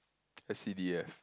S C D F